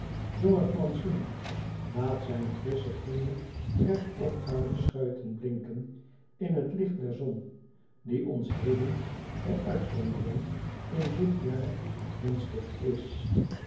jonger plantsoen laat zijn frisch groene regt opgaande scheuten blinken in het licht der zon die ons heden bij uitzondering in dit jaar gunstig is